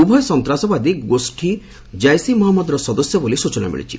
ଉଭୟ ସନ୍ତାସବାଦୀ ଗୋଷ୍ଠୀ ଜୈସ୍ ଇ ମହମ୍ମଦର ସଦସ୍ୟ ବୋଲି ସ୍ଟଚନା ମିଳିଛି